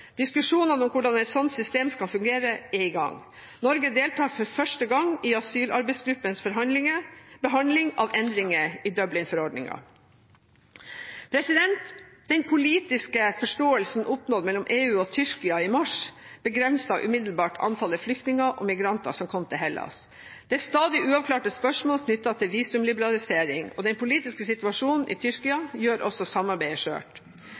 Diskusjonene om hvordan et slikt system skal fungere, er i gang. Norge deltar for første gang i asylarbeidsgruppens behandling av endringer i Dublin-forordningen. Den politiske forståelsen oppnådd mellom EU og Tyrkia i mars begrenset umiddelbart antallet flyktninger og migranter som kom til Hellas. Det er stadig uavklarte spørsmål knyttet til visumliberalisering, og den politiske situasjonen i Tyrkia gjør også samarbeidet skjørt.